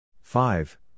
five